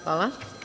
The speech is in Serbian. Hvala.